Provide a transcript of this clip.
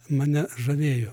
mane žavėjo